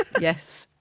yes